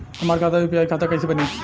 हमार खाता यू.पी.आई खाता कइसे बनी?